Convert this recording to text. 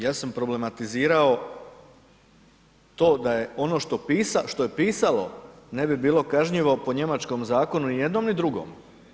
Ja sam problematizirao to da je ono što je pisalo, ne bi bilo kažnjivo po njemačkom zakonu, ni jednom ni drugom.